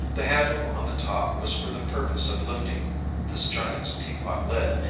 the handle on the top was for the purpose of lifting this giant's teapot lid,